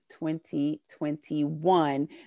2021